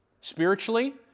spiritually